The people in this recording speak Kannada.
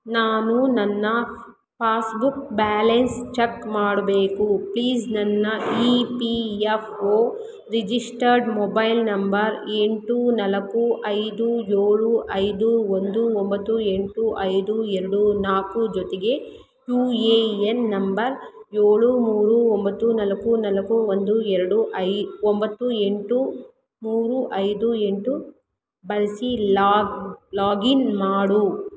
ನಾನು ನನ್ನ ಪಾಸ್ಬುಕ್ ಬ್ಯಾಲೆನ್ಸ್ ಚಕ್ ಮಾಡಬೇಕು ಪ್ಲೀಸ್ ನನ್ನ E P F O registered mobile number ಎಂಟು ನಾಲ್ಕು ಐದು ಏಳು ಐದು ಒಂದು ಒಂಬತ್ತು ಎಂಟು ಐದು ಎರಡು ನಾಲ್ಕು ಜೊತೆಗೆ ಯು ಎ ಎನ್ ನಂಬರ್ ಏಳು ಮೂರು ಒಂಬತ್ತು ನಾಲ್ಕು ನಾಲ್ಕು ಒಂದು ಎರಡು ಐ ಒಂಬತ್ತು ಎಂಟು ಮೂರು ಐದು ಎಂಟು ಬಳಸಿ ಲಾಗ್ ಲಾಗಿನ್ ಮಾಡು